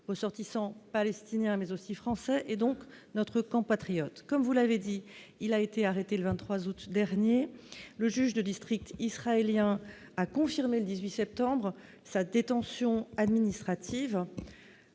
ressortissant palestinien, mais aussi français et donc notre camp patriote comme vous l'avez dit, il a été arrêté le 23 août dernier le juge de District israélien a confirmé le 18 septembre sa détention administrative,